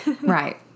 right